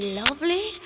lovely